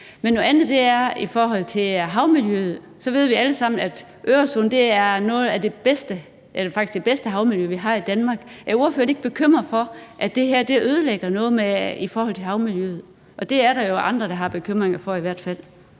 Men noget andet er havmiljøet. Vi ved alle sammen, at Øresund er det bedste havmiljø, vi har i Danmark. Er ordføreren ikke bekymret for, at det her ødelægger noget i forhold til havmiljøet? Det er der i hvert fald andre der er bekymrede for. Kl.